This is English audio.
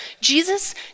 Jesus